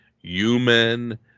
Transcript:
Human